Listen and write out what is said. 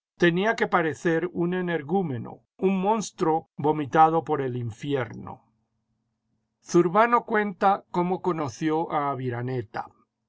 tenía que parecer un energúmeno un monstruo vomitado por el infierno zurbano cuenta como conoció a aviraneta